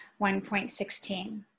1.16